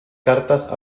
cartas